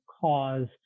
cause